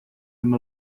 him